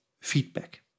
feedback